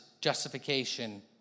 justification